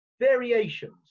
Variations